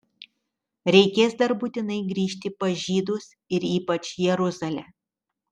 reikės dar būtinai grįžti pas žydus ir ypač jeruzalę